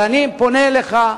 אבל אני פונה אליך.